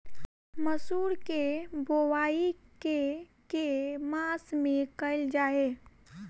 मसूर केँ बोवाई केँ के मास मे कैल जाए?